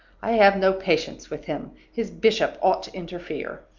i have no patience with him his bishop ought to interfere.